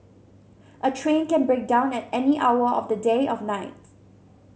a train can break down at any hour of the day of night